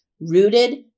rooted